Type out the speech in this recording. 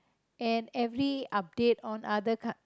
and every update on other coun~